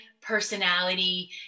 personality